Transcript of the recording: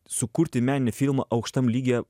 sukurti meninį filmą aukštam lygyje